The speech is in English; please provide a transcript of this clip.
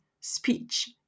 speech